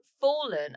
fallen